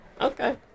Okay